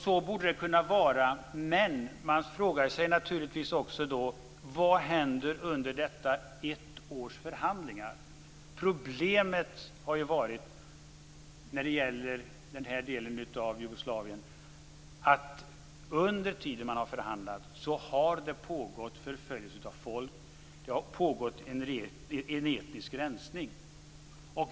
Så borde det kunna vara, men man frågar sig naturligtvis vad som händer under dessa ett år långa förhandlingar. Problemet när det gäller denna del av Jugoslavien har varit att det har pågått förföljelse av folk under tiden man har förhandlat. Det har pågått en etnisk rensning.